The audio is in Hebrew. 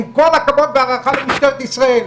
עם כל הכבוד וההערכה למשטרת ישראל.